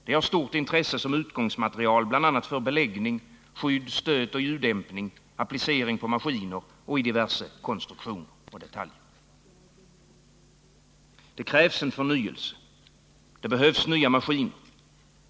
Det har stort intresse som utgångsmaterial bl.a. för beläggning, skydd, stötoch ljuddämpning, applicering på maskiner och i diverse konstruktioner och detaljer. Här krävs en förnyelse. Det behövs nya maskiner.